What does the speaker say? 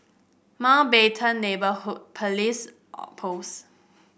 Mountbatten Neighbourhood Police Post